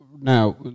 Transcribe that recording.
now